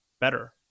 better